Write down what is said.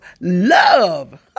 Love